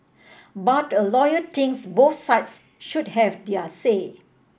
but a lawyer thinks both sides should have their say